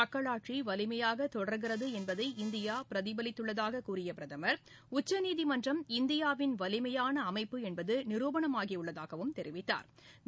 மக்களாட்சிவலிமையாகதொடர்கிறதுஎன்பதை இந்தியாபிரதிபலித்துள்ளாககூறியபிரதமர் உச்சநீதிமன்றம் இந்தியாவின் வலிமையான அமைப்பு என்பதுநிருபணமாகியுள்ளதாகவும் தெரிவித்தாா்